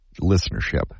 listenership